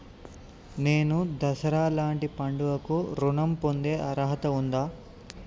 నేను దసరా లాంటి పండుగ కు ఋణం పొందే అర్హత ఉందా?